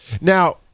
Now